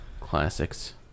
Classics